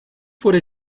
wurde